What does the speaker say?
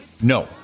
No